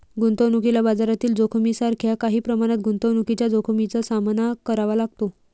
गुंतवणुकीला बाजारातील जोखमीसारख्या काही प्रमाणात गुंतवणुकीच्या जोखमीचा सामना करावा लागतो